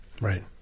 Right